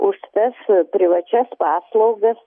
už tas privačias paslaugas